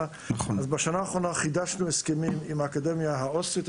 אז בשנה האחרונה חידשנו הסכמים עם האקדמיה האוסטרית,